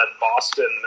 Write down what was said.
Boston